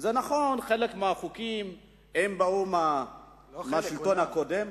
זה נכון שחלק מהחוקים באו מהשלטון הקודם.